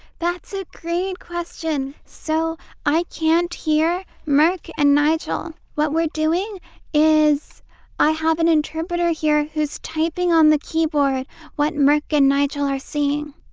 that's a great question. so i can't hear merk and nygel. what we're doing is i have an interpreter here who's typing on the keyboard what merk and nygel are saying,